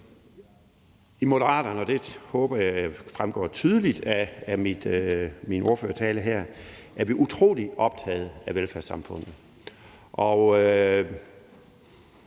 I Moderaterne, og det håber jeg fremgår tydeligt af min ordførertale her, er vi utrolig optaget af velfærdssamfundet,